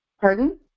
pardon